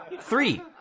Three